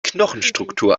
knochenstruktur